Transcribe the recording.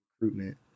recruitment